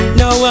no